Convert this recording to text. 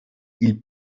ils